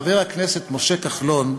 חבר הכנסת משה כחלון,